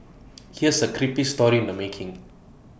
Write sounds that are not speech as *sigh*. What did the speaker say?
*noise* here's A creepy story in the making